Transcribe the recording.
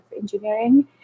engineering